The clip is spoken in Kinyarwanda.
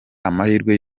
amahirwe